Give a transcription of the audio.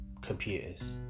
computers